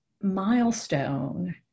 milestone